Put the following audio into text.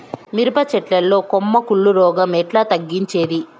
మిరప చెట్ల లో కొమ్మ కుళ్ళు రోగం ఎట్లా తగ్గించేది?